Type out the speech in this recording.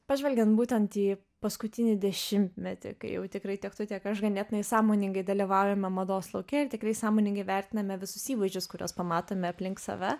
pažvelgiant būtent jį paskutinį dešimtmetį kai jau tikrai tiek tu tiek aš ganėtinai sąmoningai dalyvaujame mados lauke ir tikrai sąmoningai vertiname visus įvaizdžius kuriuos pamatome aplink save